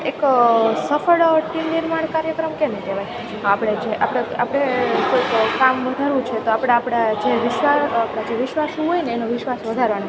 એક સફળ ટીમ નિર્માણ કાર્યક્રમ કોને કહેવાય આપણે જે આપણે આપણે કોઈક કામ વધારવું છે તો આપણે આપણા જે જે વિશ્વાસુ હોય એનો વિશ્વાસ વધારવાનો